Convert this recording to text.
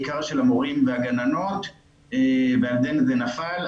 בעיקר של המורים והגננות ועל כן זה נפל.